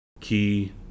key